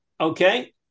Okay